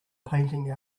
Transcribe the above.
painting